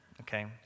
okay